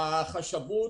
החשבות,